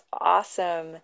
awesome